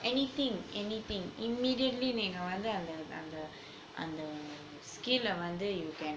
anything anything immediately when you're under under skill of under you can